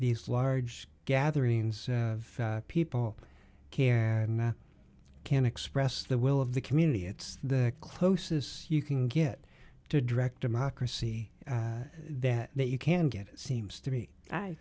these large gatherings of people care and i can express the will of the community it's the closest you can get to direct democracy that you can get it seems to me i